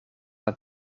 het